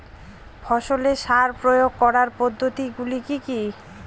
ফসলে সার প্রয়োগ করার পদ্ধতি গুলি কি কী?